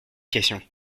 questions